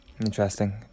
interesting